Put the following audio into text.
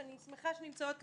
שאני שמחה שנמצאות כאן,